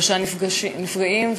שלושה נפגעים.